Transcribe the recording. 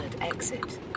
exit